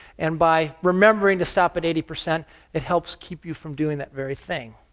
and by remembering to stop at eighty percent it helps keep you from doing that very thing.